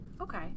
Okay